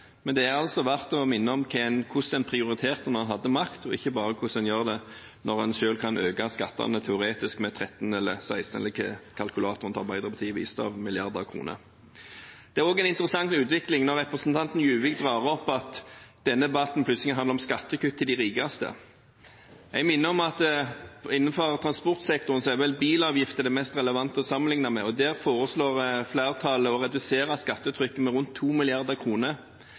men det er verdt å minne om hvordan en prioriterte da en hadde makten – ikke bare hvordan en gjør det når en selv kan øke skattene teoretisk med 13 mrd. kr, 16 mrd. kr eller hvor mange milliarder kroner kalkulatoren til Arbeiderpartiet viste. Det er også en interessant utvikling når representanten Juvik plutselig drar opp denne debatten om skattekutt til de rikeste. Jeg vil minne om at innenfor transportsektoren er vel bilavgiftene det mest relevante å sammenlikne med, og på det området foreslår flertallet å redusere skattetrykket med rundt